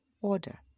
Order